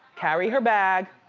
carry her bag,